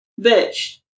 Bitch